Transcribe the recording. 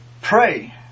pray